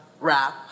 rap